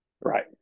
Right